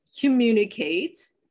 communicate